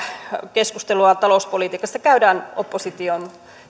keskustelua talouspolitiikasta käydään opposition